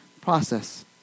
process